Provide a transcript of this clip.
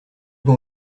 vous